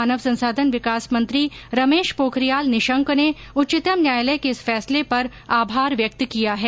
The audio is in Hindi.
मानव संसाधन विकास मंत्री रमेश पोखरियाल निशंक ने उच्चतम न्यायालय के इस फैसले पर आभार व्यक्त किया है